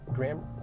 Graham